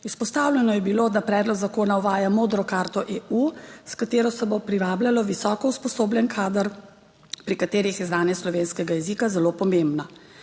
Izpostavljeno je bilo, da predlog zakona uvaja modro karto EU, s katero se bo privabljalo visoko usposobljen kader, pri katerih je znanje slovenskega jezika zelo pomembno.